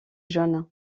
jaune